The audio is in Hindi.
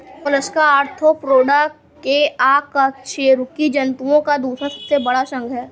मोलस्का आर्थ्रोपोडा के बाद अकशेरुकी जंतुओं का दूसरा सबसे बड़ा संघ है